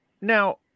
now